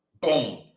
Boom